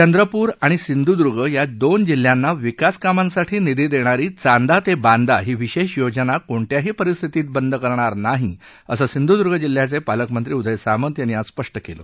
चंद्रपूर आणि सिंधुदुर्ग या दोन जिल्ह्यांना विकासकामांसाठी निधी देणारी चांदा ते बांदा ही विशेष योजना कोणत्याही परिस्थितीत बंद करणार नाही असं सिंधुदर्ग जिल्ह्याचे पालकमंत्री उदय सामंत यांनी आज स्पष्ट केलं